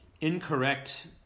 incorrect